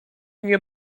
nie